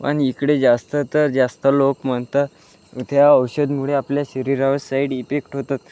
पण इकडे जास्त तर जास्त लोक म्हणतात त्या औषधामुळे आपल्या शरीरावर साईड इफेक्ट होतात